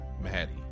Maddie